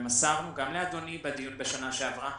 ומסרנו גם לאדוני בדיון בשנה שעברה,